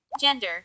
Gender